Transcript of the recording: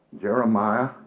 Jeremiah